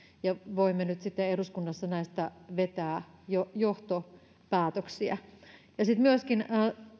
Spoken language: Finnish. ja voimme nyt sitten eduskunnassa näistä vetää jo johtopäätöksiä sitten myöskin